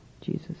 Jesus